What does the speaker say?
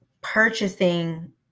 purchasing